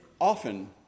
often